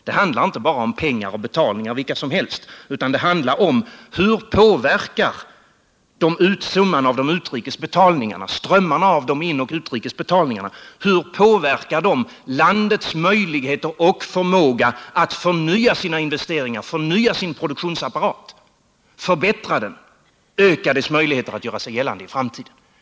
Det handlar inte bara om pengar och betalningar vilka som helst, utan det handlar om: Hur påverkar strömmarna av de inoch utrikes betalningarna landets möjligheter och förmåga att förnya sina-investeringar, förnya sin produktionsapparat, förbättra den, öka dess möjligheter att göra sig gällande i framtiden?